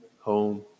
home